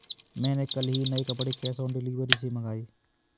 मैंने कल ही नए कपड़े कैश ऑन डिलीवरी से मंगाए